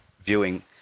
viewing